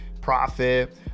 profit